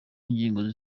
ngingo